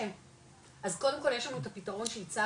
להירשם אז קודם כל יש לנו את הפתרון שהצגנו,